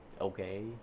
okay